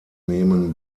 nehmen